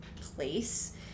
place